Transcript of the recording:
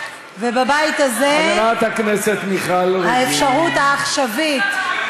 ובכל צבאות בעלות הברית,